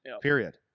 period